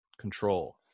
control